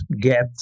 get